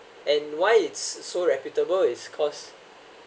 and why it's so reputable it's cause